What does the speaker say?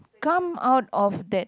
come out of that